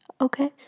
okay